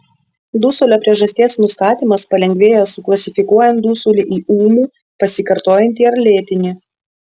dusulio priežasties nustatymas palengvėja suklasifikuojant dusulį į ūmų pasikartojantį ar lėtinį